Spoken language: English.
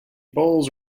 bowls